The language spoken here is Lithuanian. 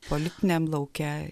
politiniam lauke